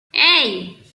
hey